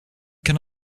can